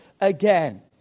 again